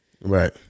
Right